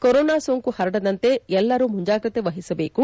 corona ಸೋಂಕು ಪರಡದಂತೆ ಎಲ್ಲರೂ ಮುಂಜಾಗ್ರತೆ ವಹಿಸಬೇಕು